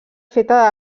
feta